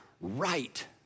right